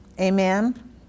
Amen